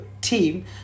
team